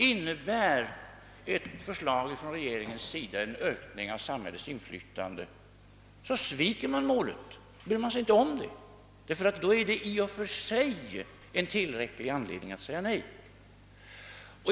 Innebär ett förslag från regeringens sida en ökning av samhällets infiytande, så sviker borgerligheten målet, ty då är detta i och för sig en tillräcklig anledning att säga nej.